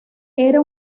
era